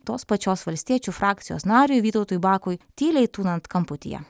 tos pačios valstiečių frakcijos nariui vytautui bakui tyliai tūnant kamputyje